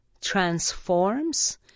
Transforms